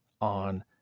on